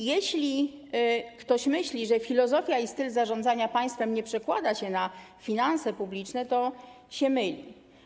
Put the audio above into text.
A jeśli ktoś myśli, że filozofia i styl zarządzania państwem nie przekłada się na finanse publiczne, to się myli.